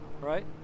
right